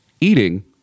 eating